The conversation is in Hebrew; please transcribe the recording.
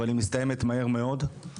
אבל היא מסתיימת מהר מאוד,